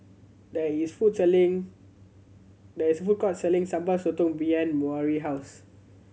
there is food selling there is a food court selling Sambal Sotong behind Maury house